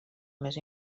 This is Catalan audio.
més